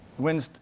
winds,